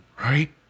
Right